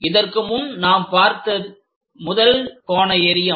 இதற்கு முன் நாம் பார்த்தது முதல் கோண எறியம்